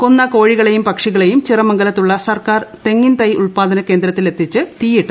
കൊന്ന കോഴികളെയും പക്ഷികളെയും ചിറമംഗലത്തുള്ള സർക്കാർ തെങ്ങിൻ തൈ ഉത്പ്പാദന കേന്ദ്രത്തിലെത്തിച്ച് തീയിട്ട് നശിപ്പിച്ചു